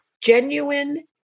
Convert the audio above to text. genuine